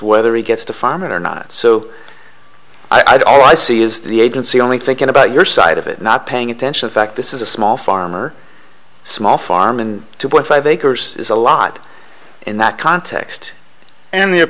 whether he gets to farm it or not so i don't all i see is the agency only thinking about your side of it not paying attention a fact this is a small farm or small farm and two point five acres is a lot in that context and the